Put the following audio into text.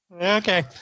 okay